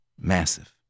massive